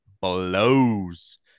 blows